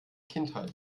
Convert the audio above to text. kindheit